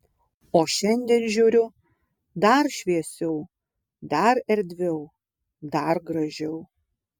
o šiandien žiūriu dar šviesiau dar erdviau dar gražiau